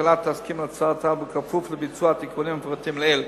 הממשלה תסכים להצעת החוק בכפוף לביצוע התיקונים המפורטים לעיל.